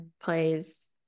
plays